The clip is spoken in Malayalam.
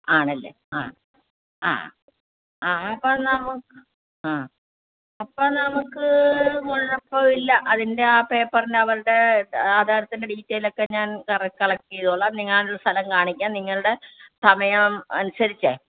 ആണല്ലേ ആ ആ ആ അപ്പോൾ ന്നാ മ ആ അപ്പോൾ നമുക്ക് കുഴപ്പമില്ല അതിൻറെ ആ പേപ്പറിൽ അവരുടെ ആധാരത്തിൻ്റെ ഡീറ്റെയിൽ ഒക്കെ ഞാൻ കറ കളക്റ്റ് ചെയ്തോളാം നിങ്ങൾ സ്ഥലം കാണിക്കാം നിങ്ങളുടെ സമയം അനുസരിച്ചേ